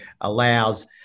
allows